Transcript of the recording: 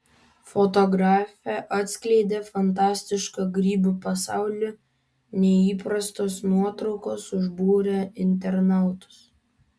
fotografė atskleidė fantastišką grybų pasaulį neįprastos nuotraukos užbūrė internautus